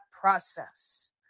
process